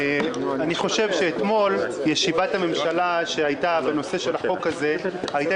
אתמול ישיבת הממשלה בנושא החוק הזה הייתה